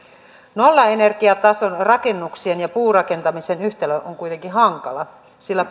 nollaenergiatason rakennuksien ja puurakentamisen yhtälö on kuitenkin hankala sillä